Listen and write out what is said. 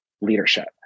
leadership